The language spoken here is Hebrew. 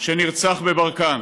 שנרצח בברקן,